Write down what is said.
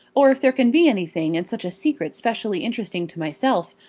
or if there can be anything in such a secret specially interesting to myself,